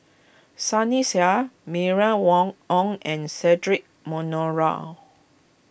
Sunny Sia Mylene Wang Ong and Cedric Monoro